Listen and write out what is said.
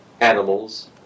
animals